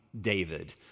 David